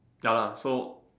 ya lah so